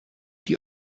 die